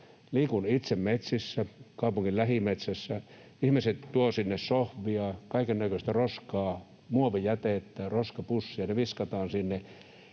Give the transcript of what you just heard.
Liikun itse metsissä, kaupungin lähimetsässä. Ihmiset tuovat sinne sohviaan, kaikennäköistä roskaa, muovijätettä, roskapusseja, ne viskataan sinne.